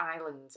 island